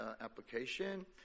application